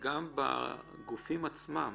גם הגופים עצמם